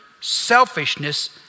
selfishness